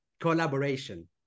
collaboration